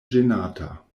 ĝenata